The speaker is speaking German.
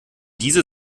diese